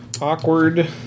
awkward